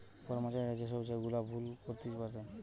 কর্মচারীরা যে সব গুলা ভুল করতে পারে